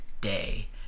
day